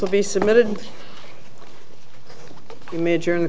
will be submitted to major in